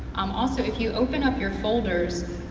um also, if you open up your folders,